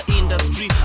industry